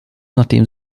nachdem